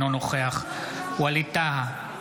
אינו נוכח ווליד טאהא,